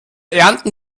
ernten